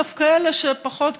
דווקא לאלה שפחות,